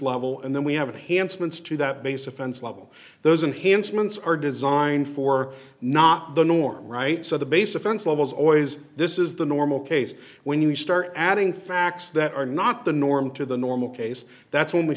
level and then we have a hansom and to that base offense level those enhanced months are designed for not the normal rights of the base offense levels ois this is the normal case when you start adding facts that are not the norm to the normal case that's when we